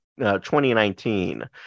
2019